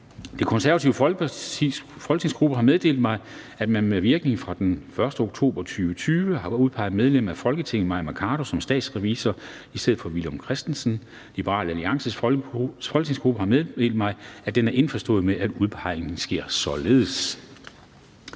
Folkepartis folketingsgruppe har meddelt mig, at den med virkning fra den 1. oktober 2020 har udpeget medlem af Folketinget Mai Mercado som statsrevisor i stedet for Villum Christensen. Liberal Alliances folketingsgruppe har meddelt mig, at den er indforstået med, at udpegningen sker således.